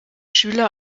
schüler